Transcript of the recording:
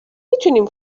میتونیم